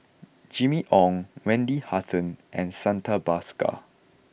Jimmy Ong Wendy Hutton and Santha Bhaskar